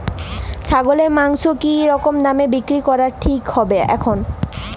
ছাগলের মাংস কী রকম দামে বিক্রি করা ঠিক হবে এখন?